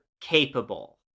capable